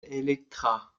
elektra